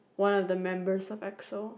one of the members of Exo